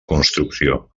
construcció